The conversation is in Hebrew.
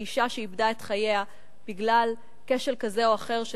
אשה שאיבדה את חייה בגלל כשל כזה או אחר,